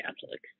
Catholic